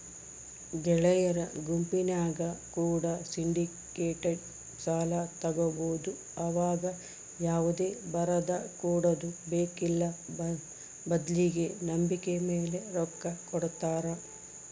ಗೆಳೆಯರ ಗುಂಪಿನ್ಯಾಗ ಕೂಡ ಸಿಂಡಿಕೇಟೆಡ್ ಸಾಲ ತಗಬೊದು ಆವಗ ಯಾವುದೇ ಬರದಕೊಡದು ಬೇಕ್ಕಿಲ್ಲ ಬದ್ಲಿಗೆ ನಂಬಿಕೆಮೇಲೆ ರೊಕ್ಕ ಕೊಡುತ್ತಾರ